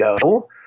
go